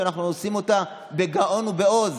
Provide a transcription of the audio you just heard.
שאנחנו עושים אותה בגאון ובעוז